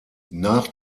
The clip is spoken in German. nach